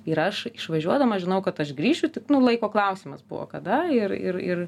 ir aš išvažiuodama žinojau kad aš grįšiu tik nu laiko klausimas buvo kada ir ir ir